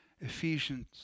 Ephesians